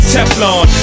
Teflon